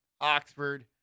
Oxford